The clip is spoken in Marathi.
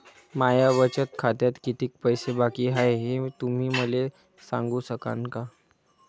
माया बचत खात्यात कितीक पैसे बाकी हाय, हे तुम्ही मले सांगू सकानं का?